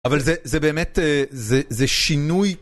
אבל זה זה באמת זה זה שינוי